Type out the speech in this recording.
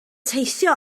teithio